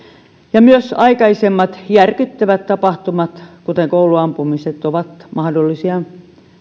myös aikaisemmat järkyttävät tapahtumat kuten kouluampumiset ovat mahdollisia